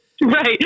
Right